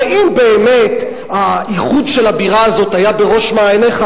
הרי אם באמת האיחוד של הבירה הזו היה בראש מעייניך,